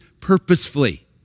purposefully